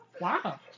Wow